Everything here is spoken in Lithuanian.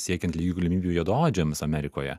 siekiant lygių galimybių juodaodžiams amerikoje